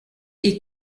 est